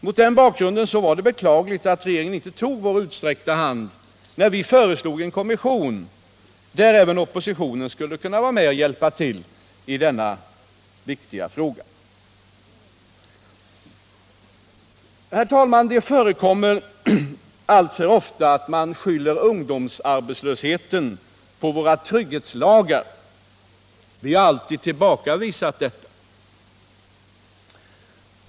Mot den bakgrunden var det beklagligt att regeringen inte tog vår utsträckta hand, när vi föreslog en kommission där även oppositionen skulle kunna vara med och hjälpa till att reda upp denna viktiga fråga. Herr talman! Det förekommer alltför ofta att man skyller ungdomsarbetslösheten på våra trygghetslagar. Vi har alltid tillbakavisat det talet.